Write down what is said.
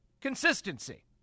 consistency